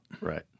Right